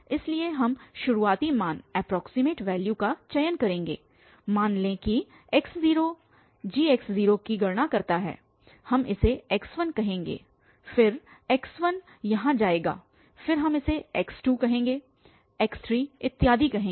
इसलिए हम शुरुआती मान एप्रोक्सीमेट वैल्यू का चयन करेंगे मान लें कि x0 g की गणना करता है हम इसे x1 कहेंगे फिर x1 यहाँ जाएगा फिर हम इसे x2 x3 इत्यादि कहेंगे